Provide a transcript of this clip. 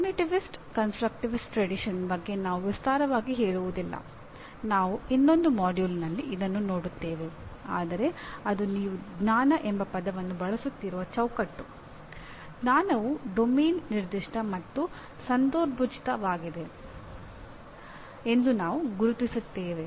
cognitivist constructivist tradition ನಿರ್ದಿಷ್ಟ ಮತ್ತು ಸಂದರ್ಭೋಚಿತವಾಗಿದೆ ಎಂದು ನಾವು ಗುರುತಿಸುತ್ತೇವೆ